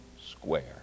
Square